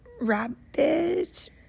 rabbit